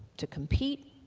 to compete,